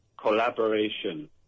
collaboration